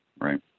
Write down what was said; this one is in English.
Right